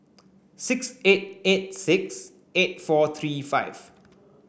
six eight eight six eight four three five